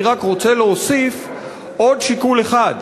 אני רק רוצה להוסיף עוד שיקול אחד: